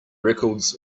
records